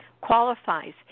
qualifies